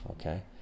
okay